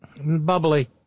bubbly